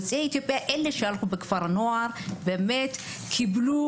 יוצאי אתיופיה אלה שהלכו לכפר נוער באמת קיבלו